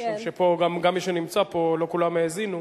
משום שפה, גם מי שנמצא פה, לא כולם האזינו,